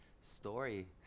story